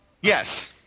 Yes